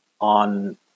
on